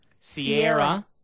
Sierra